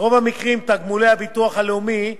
ברוב המקרים תגמולי הביטוח הלאומי גבוהים,